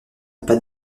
pas